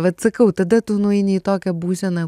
vat sakau tada tu nueini į tokią būseną